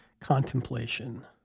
contemplation